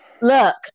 look